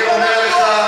אהה,